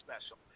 special